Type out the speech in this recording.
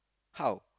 how